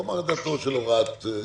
הוא אמר את דעתו על הוראת שעה.